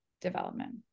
development